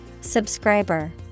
Subscriber